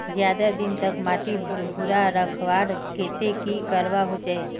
ज्यादा दिन तक माटी भुर्भुरा रखवार केते की करवा होचए?